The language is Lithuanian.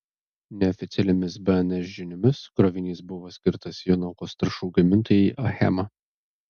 neoficialiomis bns žiniomis krovinys buvo skirtas jonavos trąšų gamintojai achema